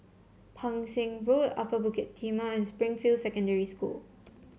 Pang Seng Road Upper Bukit Timah and Springfield Secondary School